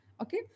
Okay